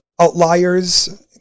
outliers